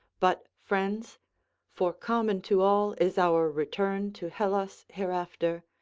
but, friends for common to all is our return to hellas hereafter,